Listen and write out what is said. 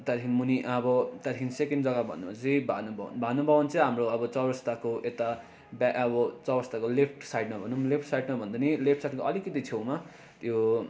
त्यहाँदेखि मुनि अब त्यहाँदेखि सेकेन्ड जग्गा भन्नुपर्दा चाहिँ भानु भवन भानु भवन चाहिँ हाम्रो अब चौरास्ताको यता ब्या अब चौरास्ताको लेफ्ट साइडमा भनौँ लेफ्ट साइडमा भन्दा नि लेफ्ट साइडको अलिकति छेउमा त्यो